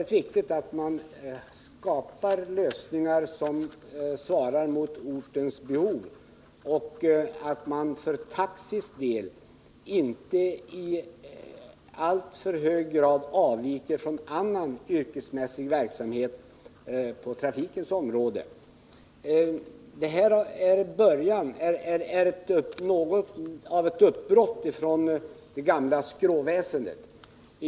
Det är viktigt att nå fram till lösningar som svarar mot ortens behov och att dessa lösningar för taxis del inte i alltför hög grad avviker från vad som gäller för annan yrkesmässig trafikverksamhet. Det här är något av ett uppbrott från det gamla skråväsendet.